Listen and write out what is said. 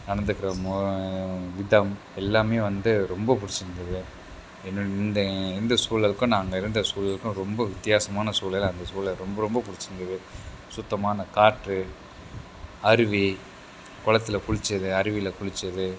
நடந்துக்கிற விதம் எல்லாம் வந்து ரொம்ப பிடிச்சிருந்தது என்னோட இந்த இந்த சூழலுக்கும் நான் அங்கே இருந்த சூழலுக்கும் ரொம்ப வித்தியாசமான சூழல் அந்த சூழல் ரொம்ப ரொம்ப பிடிச்சிருந்தது சுத்தமான காற்று அருவி குளத்துல குளித்தது அருவியில் குளித்தது